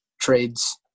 trades